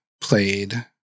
played